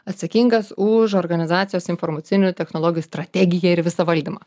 atsakingas už organizacijos informacinių technologijų strategiją ir visą valdymą